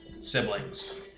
siblings